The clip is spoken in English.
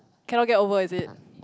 cannot get over is it